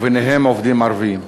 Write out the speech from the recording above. וביניהם עובדים ערבים,